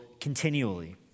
continually